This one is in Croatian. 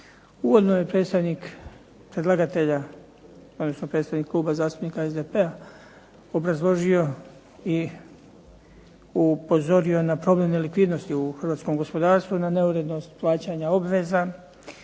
odnosno predstavnik Kluba zastupnika SDP-a obrazložio i upozorio na problem nelikvidnosti u hrvatskom gospodarstvu na neurednost plaćanja obveza